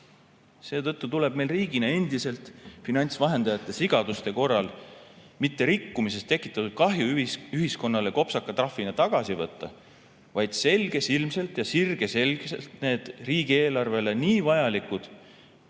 Seetõttu tuleb meil riigina endiselt finantsvahendajate sigaduste korral mitte rikkumisest tekitatud kahju ühiskonnale kopsaka trahvina tagasi võtta, vaid selgesilmselt ja sirgeselgselt need riigieelarvele nii vajalikud